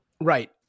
Right